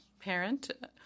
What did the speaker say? parent